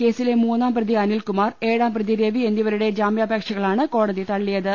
കേസില്ലെ മൂന്നാം പ്രതി അനിൽ കുമാർ ഏഴാം പ്രതി രവി എന്നിവരുടെ ജാമ്യാപേക്ഷകളാണ് കോടതി തള്ളിയത്